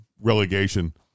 relegation